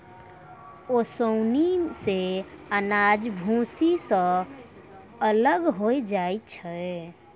ओसौनी सें अनाज भूसी सें अलग होय जाय छै